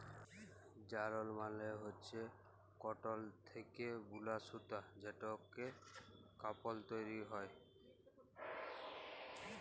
যারল মালে হচ্যে কটল থ্যাকে বুলা সুতা যেটতে কাপল তৈরি হ্যয়